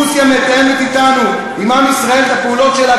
רוסיה מתאמת אתנו, עם עם ישראל, את הפעולות שלה